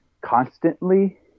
constantly